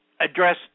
address